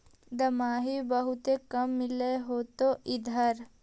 दमाहि बहुते काम मिल होतो इधर?